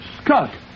Scott